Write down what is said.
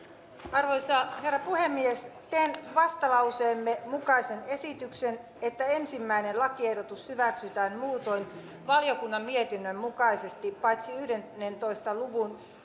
arvoisa herra puhemies teen vastalauseemme mukaisen esityksen että ensimmäinen lakiehdotus hyväksytään muutoin valiokunnan mietinnön mukaisesti paitsi yhdentoista luvun